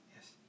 Yes